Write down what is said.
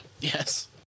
Yes